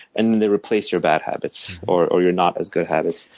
and they replace your bad habits or or your not as good habits.